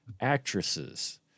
actresses